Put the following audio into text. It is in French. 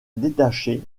détacher